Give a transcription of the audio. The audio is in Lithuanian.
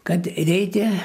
kad reikia